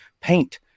paint